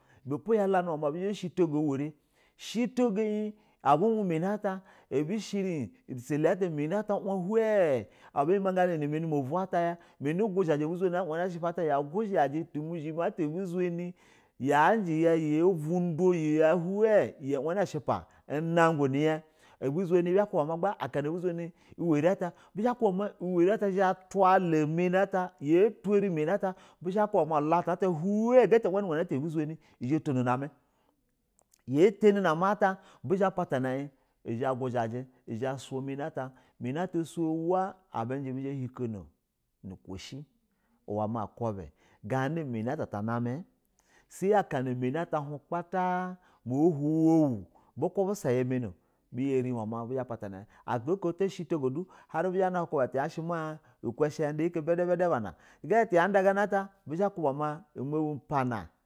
Ibɛ po abu zha ba shɛ to go uwrɛ shɛto go in abu uwɛ mani ata a bushɛrɛ in ugata mani ata uwa hɛw abu yɛmaga jɛ in numane movuu ata ya mani guzhajɛ abu zunɛ haw uwɛna shep ata ata abuzuni tu wana ushipa ata ya yanji ya ya vundo ya hnuɛ uwɛna shɛpa nagu hɛya abu zunɛ akana abu zunɛ uwɛrɛ ata bɛzho kuba ma uwɛrɛ ata zha atula la manɛ ya twɛ rɛ manɛ ata bizha ba kuba, ulatu ata hinwɛ zhaya tano namɛ yatanɛ na mɛ bizha ba patana ɛ. Ya guzhaji, mami ata suwa wa abujɛ bɛzha hin koo nuku shɛ ganana manɛ ata ta namɛ samɛ aka na manɛ ata hin manɛ kpala mohuwu bu ku bɛ shɛ ya ma ni o bɛ irɛ uwo ma harɛ bɛ zha buna kubaya tumani ma yada yila binda binda bizha kuba ma izha mabu pana.